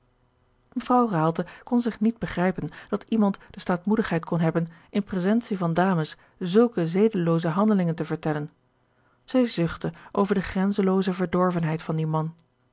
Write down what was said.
raalte kon zich niet begrijpen dat iemand de stoutmoedigheid kon hebben in presentie van dames zulke zedelooze handelingen te vertellen zij zuchtte over de grenzelooze verdorvenheid van dien man